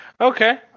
Okay